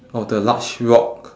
of the large rock